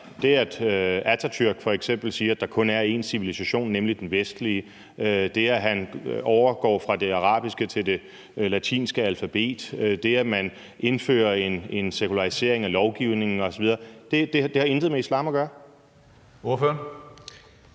gøre, at Atatürk f.eks. siger, at der kun er én civilisation, nemlig den vestlige; at man overgår fra det arabiske til det latinske alfabet; og at man indfører en sekularisering af lovgivningen osv.? Kl. 16:41 Tredje næstformand